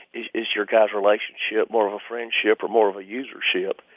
is is your guy's relationship more of a friendship or more of a usership?